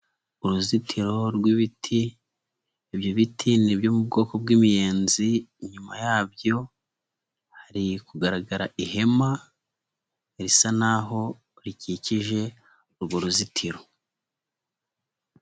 Uruzitiro rw'ibiti, ibyo biti ni byo mu bwoko bw'imiyenzi, inyuma yabyo hari kugaragara ihema, risa naho rikikije urwo ruzitiro.